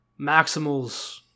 maximals